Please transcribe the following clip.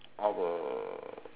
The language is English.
of a